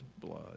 blood